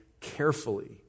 carefully